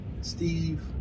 Steve